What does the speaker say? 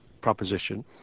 proposition